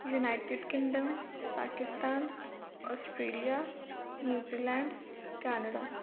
United Kingdom Pakistan Australia New Zealand Canada